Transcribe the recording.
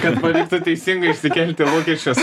kad pavyktų teisingai išsikelti lūkesčius